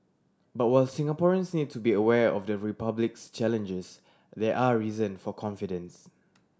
but while Singaporeans need to be aware of the Republic's challenges there are reason for confidence